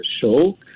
show